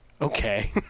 Okay